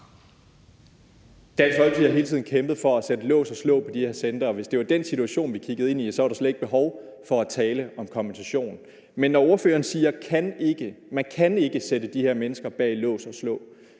Dansk Folkeparti har hele tiden kæmpet for at sætte lås og slå på de her centre, og hvis det var den situation, vi kiggede ind i, så var der slet ikke behov for at tale om kompensation. Men når ordføreren siger »kan ikke« – man kan ikke sætte de her mennesker bag lås og slå